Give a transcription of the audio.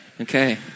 Okay